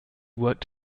worked